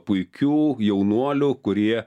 puikių jaunuolių kurie